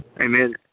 Amen